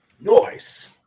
Noise